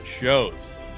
shows